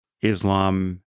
Islam